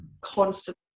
constantly